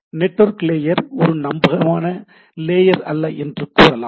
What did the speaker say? network layer ஒரு நம்பகமான layer அல்ல என்று கூறலாம்